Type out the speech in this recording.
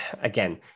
again